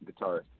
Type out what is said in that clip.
guitarist